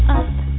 up